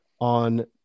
on